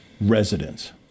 residents